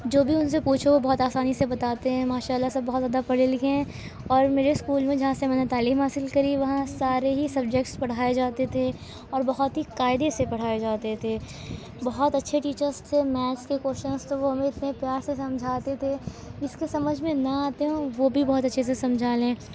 جو بھی ان سے پوچھو بہت آسانی سے بتاتے ہیں ماشااللہ سب بہت زیادہ پڑھے لکھے ہیں اور میرے اسکول میں جہاں سے میں نے تعلیم حاصل کری ہے وہاں سارے ہی سبجیکٹس پڑھائے جاتے تھے اور بہت ہی قاعدے سے پڑھائے جاتے تھے بہت اچھے ٹیچرس تھے میتھس کے کوشینس تو وہ ہمیں اتنے پیار سے سمجھاتے تھے جس کو سمجھ میں نہ آتے ہوں وہ بھی بہت اچھے سے سمجھا لیں